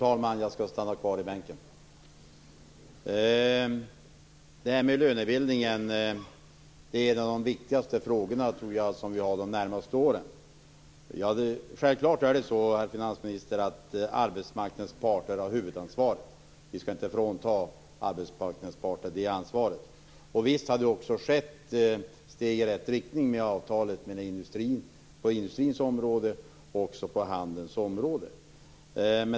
Fru talman! Det här med lönebildningen är en av de viktigaste frågorna, tror jag, de närmaste åren. Självklart är det så, herr finansminister, att arbetsmarknadens parter har huvudansvaret. Vi skall inte frånta arbetsmarknadens parter det ansvaret. Visst har det också tagits steg i rätt riktning med avtal på industrins och handelns område.